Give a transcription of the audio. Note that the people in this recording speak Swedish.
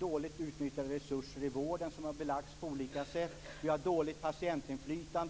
dåligt utnyttjade resurser i vården, något som har belagts på olika sätt. Vi har dåligt patientinflytande.